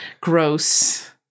gross